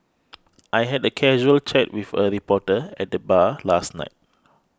I had a casual chat with a reporter at the bar last night